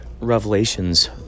revelations